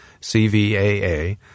CVAA